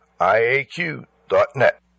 IAQ.net